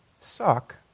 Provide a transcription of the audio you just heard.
suck